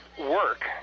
work